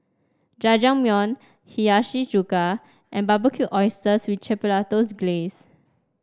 Jajangmyeon Hiyashi Chuka and Barbecued Oysters with Chipotles Glaze